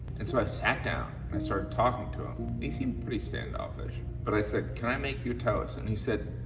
and so i sat down and i started talking to him. and he seemed pretty standoffish. but i said, can i make you toast. and he said,